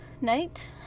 Night